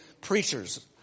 preachers